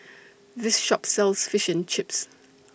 This Shop sells Fish and Chips